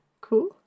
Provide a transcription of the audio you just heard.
cool